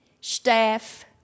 staff